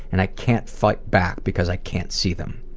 and i can't fight back because i can't see them.